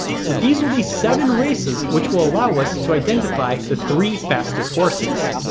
so these will be seven races which will allow us to identify the three fastest horses